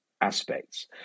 aspects